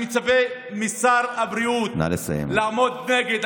אני מצפה משר הבריאות להיות נגד.